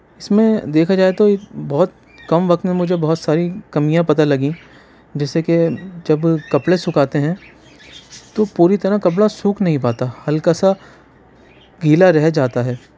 اِس میں دیکھا جائے تو بہت کم وقت میں مجھے بہت ساری کمیاں پتہ لگی جیسے کہ جب کپڑے سُکھاتے ہیں تو پوری طرح کپڑا سوکھ نہیں پاتا ہلکا سا گیلا رہ جاتا ہے